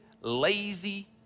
lazy